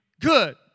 good